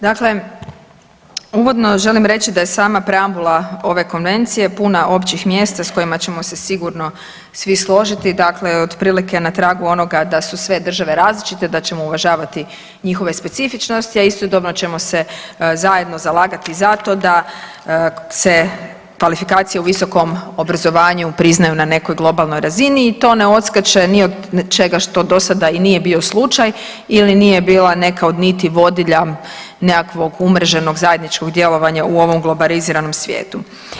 Dakle, uvodno želim reći da je sama preambula ove konvencije puna općih mjesta s kojima ćemo se sigurno svi složiti, dakle otprilike na tragu onoga da su sve države različite, da ćemo uvažavati njihove specifičnosti, a istodobno ćemo se zajedno zalagati za to da se kvalifikacije u visokom obrazovanju priznaju na nekoj globalnoj razini i to ne odskače ni od čega što do sada i nije bio slučaj ili nije bila neka od niti vodilja nekakvog umreženog zajedničkog djelovanja u ovom globaliziranom svijetu.